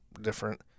different